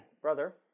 Brother